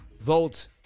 Volt